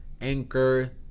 Anchor